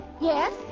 Yes